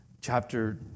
chapter